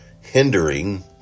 hindering